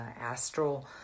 astral